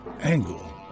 Angle